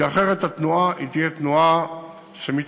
כי כך התנועה תתעכב.